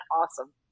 awesome